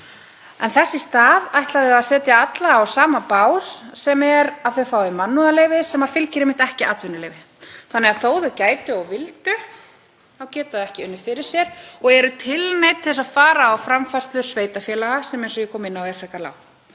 — þess í stað ætla þau að setja alla á sama bás, sem er að þau fái mannúðarleyfi sem fylgir einmitt ekki atvinnuleyfi. Þó að þau gætu og vildu þá geta þau þannig ekki unnið fyrir sér og eru tilneydd til að fara á framfærslu sveitarfélaga sem, eins og ég kom inn á, er frekar lág